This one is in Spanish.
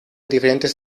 diferentes